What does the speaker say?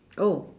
oh